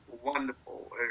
wonderful